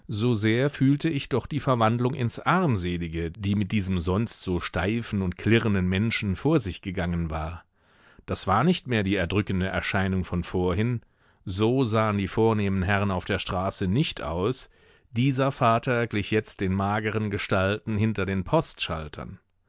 so sehr fühlte ich doch die verwandlung ins armselige die mit diesem sonst so steifen und klirrenden menschen vor sich gegangen war das war nicht mehr die erdrückende erscheinung von vorhin so sahen die vornehmen herren auf der straße nicht aus dieser vater glich jetzt den mageren gestalten hinter den